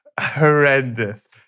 horrendous